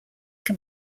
can